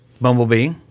Bumblebee